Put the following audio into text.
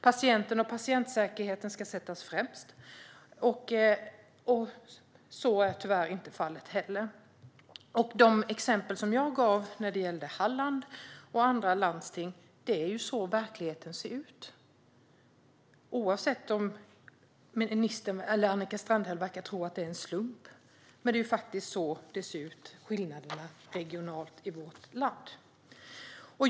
Patienten och patientsäkerheten ska sättas främst, men så är tyvärr inte heller fallet. De exempel som jag gav när det gällde Halland och andra landsting visar hur verkligheten ser ut. Annika Strandhäll verkar tro att det är en slump, men det är faktiskt så de regionala skillnaderna ser ut i vårt land.